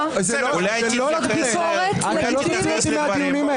מול ביקורת לגיטימית --- אל תאיים עלינו.